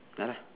ya lah